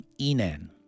Enan